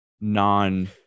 non